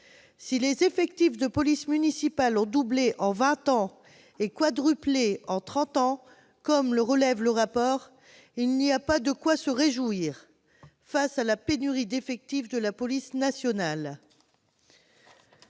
Si les effectifs de police municipale ont doublé en vingt ans et quadruplé en trente ans, comme le relève le rapport, il n'y a pas de quoi se réjouir, compte tenu de la pénurie d'effectifs dans la police nationale.